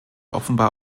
offenbar